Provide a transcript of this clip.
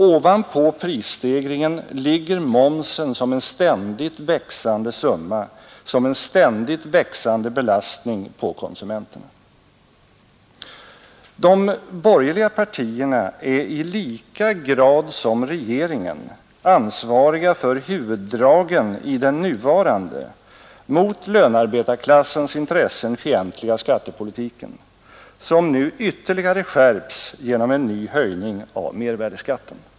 Ovanpå prisstegringen ligger momsen som en ständigt växande summa, som en ständigt växande belastning på konsumenterna. De borgerliga partierna är i lika hög grad som regeringen ansvariga för huvuddragen i den mot lönarbetarklassens intressen fientliga skattepolitiken, som nu ytterligare skärps genom en ny höjning av mervärdeskatten.